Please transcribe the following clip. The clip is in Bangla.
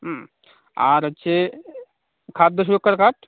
হুম আর হচ্ছে খাদ্য সুরক্ষার কার্ড